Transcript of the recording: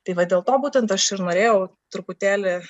tai va dėl to būtent aš ir norėjau truputėlį